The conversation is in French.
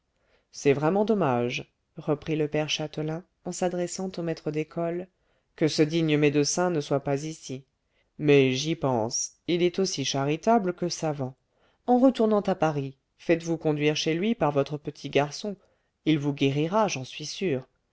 c'est vraiment dommage reprit le père châtelain en s'adressant au maître d'école que ce digne médecin ne soit pas ici mais j'y pense il est aussi charitable que savant en retournant à paris faites-vous conduire chez lui par votre petit garçon il vous guérira j'en suis sûr